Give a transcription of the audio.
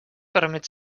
permet